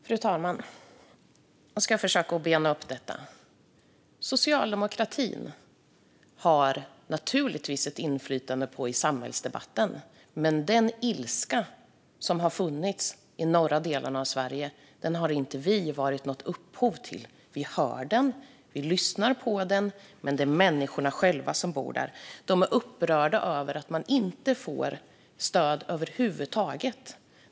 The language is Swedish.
Fru talman! Jag ska försöka bena upp detta. Socialdemokratin har givetvis ett inflytande på samhällsdebatten, men ilskan i norra delarna av Sverige har inte vi varit upphov till. Vi hör den och lyssnar på den, men det är människorna som bor där som är upprörda över att inte få något stöd över huvud taget.